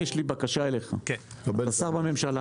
יש לי בקשה אליך: אתה שר בממשלה,